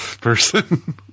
person